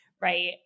right